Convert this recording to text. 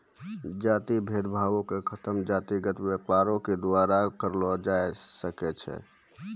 जातिगत भेद भावो के खतम जातिगत व्यापारे के द्वारा करलो जाय सकै छै